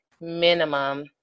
minimum